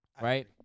Right